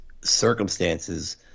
circumstances